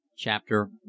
CHAPTER